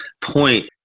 point